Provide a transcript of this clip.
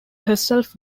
herself